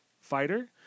fighter